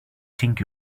think